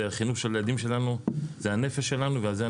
זה החינוך של הילדים שלנו וזאת הנפש שלנו.